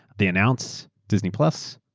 they announced disney plus,